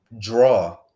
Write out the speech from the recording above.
draw